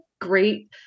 great